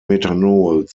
methanol